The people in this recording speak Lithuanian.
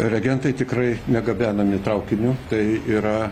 regentai tikrai negabenami traukiniu tai yra